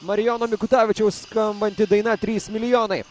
marijono mikutavičiaus skambanti daina trys milijonai